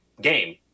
game